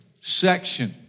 section